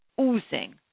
oozing